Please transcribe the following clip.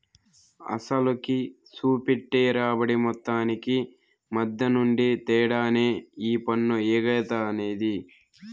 అసలుకి, సూపెట్టే రాబడి మొత్తానికి మద్దెనుండే తేడానే ఈ పన్ను ఎగేత అనేది